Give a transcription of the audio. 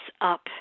up